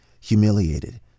humiliated